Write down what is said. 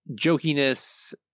jokiness